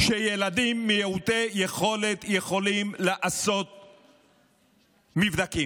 שילדים מעוטי יכולת יוכלו לעשות מבדקים,